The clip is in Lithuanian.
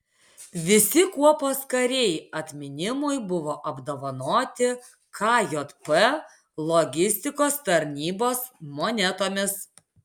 visi kuopos kariai atminimui buvo apdovanoti kjp logistikos tarnybos monetomis